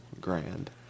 grand